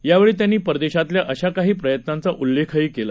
यावेळी त्यांनी परदेशातल्या अशा काही प्रयत्नांचा उल्लेखही केला